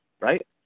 right